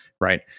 right